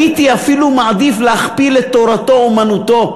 הייתי אפילו מעדיף להכפיל את תורתו-אמנותו,